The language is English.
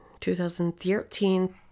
2013